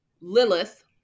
Lilith